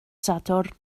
sadwrn